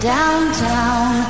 Downtown